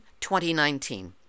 2019